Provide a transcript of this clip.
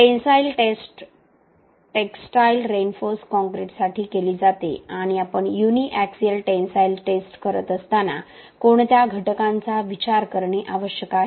tensile test textile reinforced काँक्रीटसाठी केली जाते आणि आपण युनि एक्सिअल टेन्साईल टेस्ट करत असताना कोणत्या घटकांचा विचार करणे आवश्यक आहे